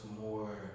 more